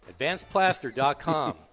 Advancedplaster.com